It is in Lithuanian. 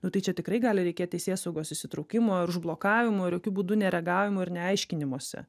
nu tai čia tikrai gali reikėt teisėsaugos įsitraukimo ar užblokavimų ir jokiu būdu nereagavimo ir neaiškinimosi